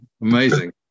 Amazing